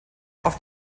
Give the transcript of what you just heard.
oft